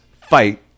fight